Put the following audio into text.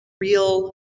real